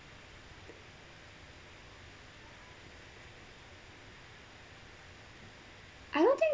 I don't think